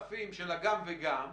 7,000 של הגם וגם,